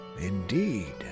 Indeed